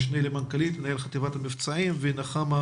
המשנה למנכ"לית מנהל חטיבת המבצעים ונחמה